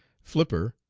flipper,